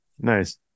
Nice